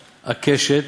הקשת,